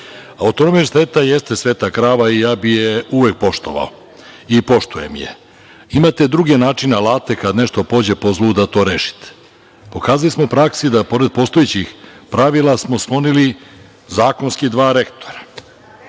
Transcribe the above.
univerziteta jeste sveta krava i ja bih je uvek poštovao i poštujem je. Imate druge načine, alate, kad nešto pođe po zlu, da to rešite. Pokazali smo u praksi da pored postojećih pravila smo sklonili zakonski dva rektora,